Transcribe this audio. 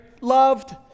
Loved